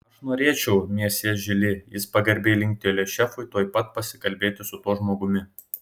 aš norėčiau mesjė žili jis pagarbiai linktelėjo šefui tuoj pat pasikalbėti su tuo žmogumi